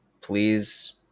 Please